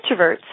introverts